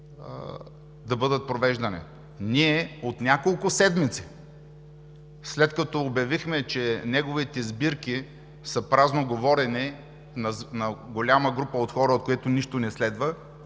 избори. Ние от няколко седмици, след като обявихме, че неговите сбирки са празно говорене на голяма група от хора, от което нищо не следва,